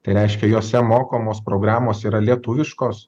tai reiškia jose mokomos programos yra lietuviškos